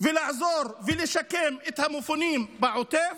ולעזור ולשקם את המופנים בעוטף,